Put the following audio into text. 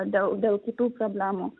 dėl dėl kitų problemų